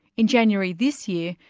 in january this year,